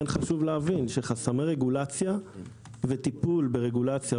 כן חשוב להבין שחסמי רגולציה וטיפול ברגולציה,